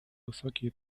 высокие